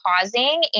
pausing